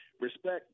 respect